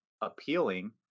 appealing